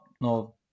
no